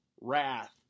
wrath